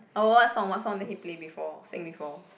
oh what song what song that he play before sing before